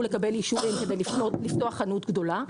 לקבל אישורים כדי לפתוח חנות גדולה.